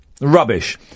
rubbish